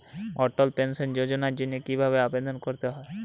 অটল pension যোজনার জন্য কি ভাবে আবেদন করতে হয়?